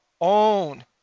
own